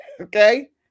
okay